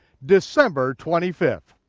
december twenty fifth.